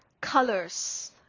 colors